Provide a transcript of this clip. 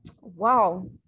Wow